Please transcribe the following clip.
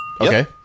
Okay